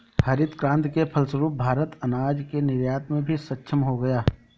हरित क्रांति के फलस्वरूप भारत अनाज के निर्यात में भी सक्षम हो गया